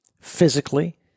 physically